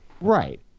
Right